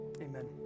amen